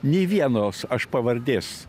nei vienos aš pavardės